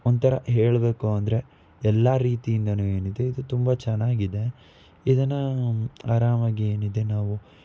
ಒಂಥರ ಹೇಳಬೇಕು ಅಂದರೆ ಎಲ್ಲ ರೀತಿಯಿಂದನೂ ಏನಿದು ಇದು ತುಂಬ ಚೆನ್ನಾಗಿದೆ ಇದನ್ನು ಅರಾಮಾಗಿ ಏನಿದೆ ನಾವು